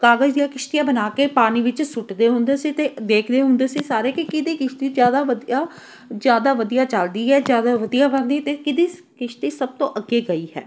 ਕਾਗਜ਼ ਦੀਆਂ ਕਿਸ਼ਤੀਆਂ ਬਣਾ ਕੇ ਪਾਣੀ ਵਿੱਚ ਸੁੱਟਦੇ ਹੁੰਦੇ ਸੀ ਅਤੇ ਵੇਖਦੇ ਹੁੰਦੇ ਸੀ ਸਾਰੇ ਕੀ ਕਿਹਦੀ ਕਿਸ਼ਤੀ ਜ਼ਿਆਦਾ ਵਧੀਆ ਜ਼ਿਆਦਾ ਵਧੀਆ ਚੱਲਦੀ ਹੈ ਜ਼ਿਆਦਾ ਵਧੀਆ ਬਣਦੀ ਅਤੇ ਕਿਹਦੀ ਕਿਸ਼ਤੀ ਸਭ ਤੋਂ ਅੱਗੇ ਗਈ ਹੈ